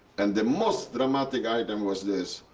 and the most dramatic item was this.